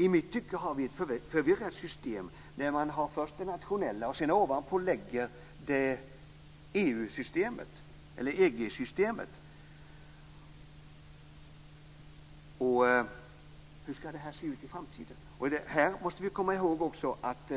I mitt tycke har vi ett förvirrat system, där man först har det nationella och sedan ovanpå det lägger EG-systemet. Hur skall det här se ut i framtiden? Vi skall också komma ihåg att